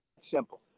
simple